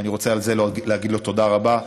ואני רוצה על זה להגיד לו תודה רבה.